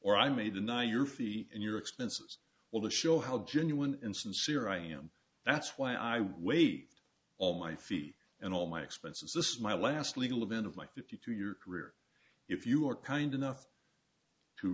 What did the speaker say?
or i may deny your fee and your expenses well to show how genuine and sincere i am that's why i waived all my fee and all my expenses this is my last legal event of my fifty two year career if you are kind enough to